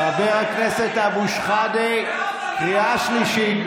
חבר הכנסת אבו שחאדה, קריאה שלישית.